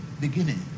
beginning